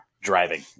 driving